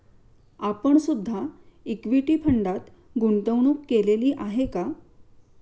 आपण सुद्धा इक्विटी फंडात गुंतवणूक केलेली आहे का?